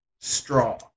straw